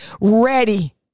ready